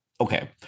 okay